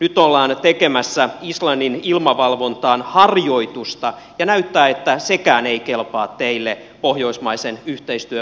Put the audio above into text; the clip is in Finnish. nyt ollaan tekemässä islannin ilmavalvontaan harjoitusta ja näyttää että sekään ei kelpaa teille pohjoismaisen yhteistyön muotona